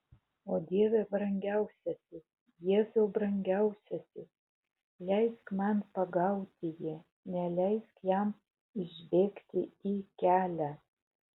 o dieve brangiausiasis jėzau brangiausiasis leisk man pagauti jį neleisk jam išbėgti į kelią